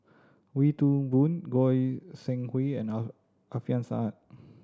Wee Toon Boon Goi Seng Hui and Alfian Sa'at